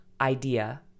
idea